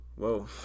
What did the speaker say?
Whoa